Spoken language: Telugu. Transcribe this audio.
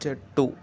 చెట్టు